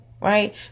right